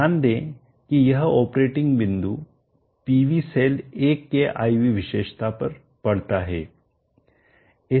ध्यान दें कि यह ऑपरेटिंग बिंदु PV सेल 1 के I V विशेषता पर पड़ता है